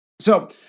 So